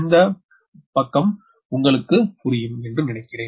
இந்த பகுத்து உங்களுக்கு புரியும் என்று நினைக்கிரேன்